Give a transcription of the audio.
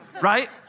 right